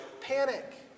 panic